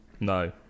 No